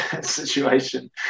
situation